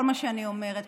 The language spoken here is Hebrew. כל מה שאני אומרת,